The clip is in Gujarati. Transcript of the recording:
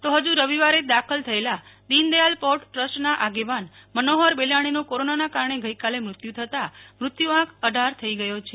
તો ફજુ રવિવારે જ દાખલ થયેલા દીનદયાલ પોર્ટ ટ્રસ્ટના આગેવાન મનોહર બેલાણીનું કોરોનાને કારણે ગઈકાલે મૃત્યુ થતાં મૃત્યુ આંક્ર થઈ ગયો છે